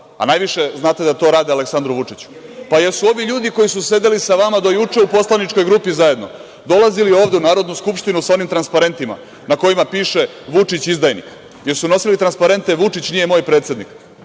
da najviše to rade Aleksandru Vučiću. Pa jel su ovi ljudi koji su sedeli sa vama do juče u poslaničkoj grupi zajedno dolazili ovde u Narodnu skupštinu sa onim transparentima na kojima piše „Vučić izdajnik“? Jel su nosili transparente „Vučić nije moj predsednik“?